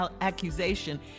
accusation